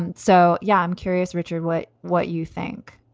and so, yeah, i'm curious, richard, what what you think